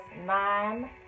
nine